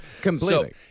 Completely